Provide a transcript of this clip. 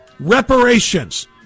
reparations